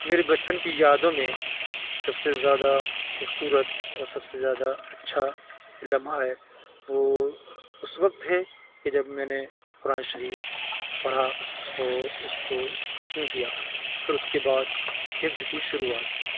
میرے بچپن کی یادوں میں سب سے زیادہ خوبصورت اور سب سے زیادہ اچھا لمحہ ہے وہ اس وقت ہے کہ جب میں نے قرآن شریف پڑھا اور اس کو ختم کیا پھر اس کے بعد حفظ کی شروعات کی